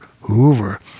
hoover